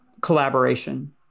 collaboration